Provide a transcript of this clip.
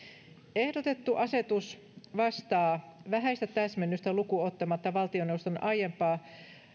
ehdotettu asetus vastaa vähäistä täsmennystä lukuun ottamatta valtioneuvoston